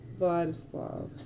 Vladislav